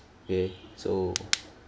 okay so